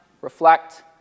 reflect